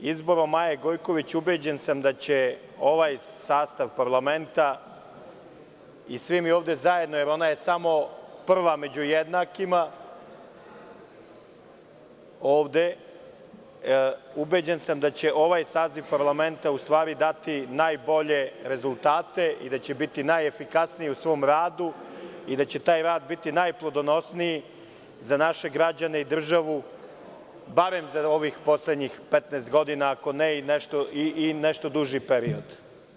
Izborom Maje Gojković ubeđen sam da će ovaj sastav parlamenta i svi mi ovde zajedno, jer ona je samo prva među jednakima, ubeđen sam da će ovaj saziv parlamenta u stvari dati najbolje rezultate i da će biti najefikasniji u svom radu i da će taj rad biti najplodonosniji za naše građane i državu, barem za ovih poslednjih 15 godina, a ako ne i nešto duži period.